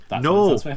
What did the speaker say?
no